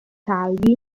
salvi